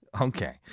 Okay